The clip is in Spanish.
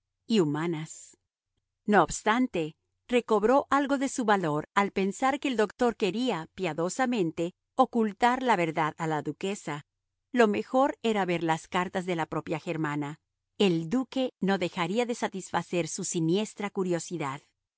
y humanas no obstante recobró algo de su valor al pensar que el doctor quería piadosamente ocultar la verdad a la duquesa lo mejor era ver las cartas de la propia germana el duque no dejaría de satisfacer su siniestra curiosidad